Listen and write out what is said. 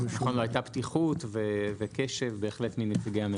נכון, הייתה פתיחות וקשב בהחלט מנציגי הממשלה.